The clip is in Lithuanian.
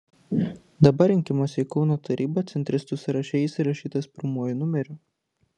dabar rinkimuose į kauno tarybą centristų sąraše jis įrašytas pirmuoju numeriu